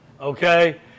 Okay